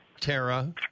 Tara